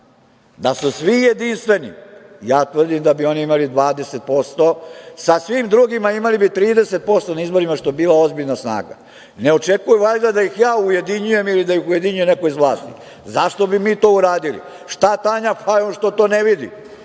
Da su svi jedinstveni, ja tvrdim da bi oni imali 20%, sa svim drugim imali bi 30% na izborima, što bi bila ozbiljna snaga. Ne očekuju valjda da ih ja ujedinjujem ili da ih ujedinjuje neko iz vlasti. Zašto bi mi to uradili? Što Tanja Fajon to ne vidi?